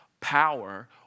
power